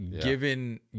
given